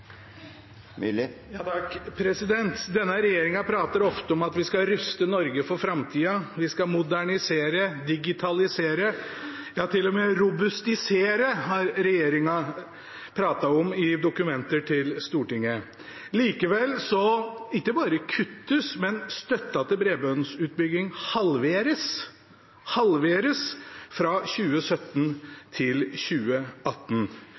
Myrli – til oppfølgingsspørsmål. Denne regjeringen prater ofte om at vi skal ruste Norge for framtida. Vi skal modernisere, digitalisere – ja, til og med «robustisere» har regjeringen pratet om i dokumenter til Stortinget. Likevel – ikke bare kuttes støtten til bredbåndsutbygging, men den halveres – halveres – fra 2017 til 2018.